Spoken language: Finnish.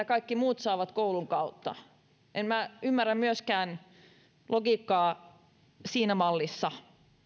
kaikki muut saavat koulun kautta en minä ymmärrä logiikkaa myöskään siinä mallissa